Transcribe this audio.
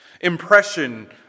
impression